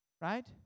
Right